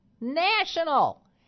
National